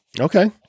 Okay